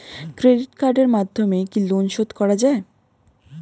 Credit কার্ডের মাধ্যমে কি লোন শোধ করা যায়?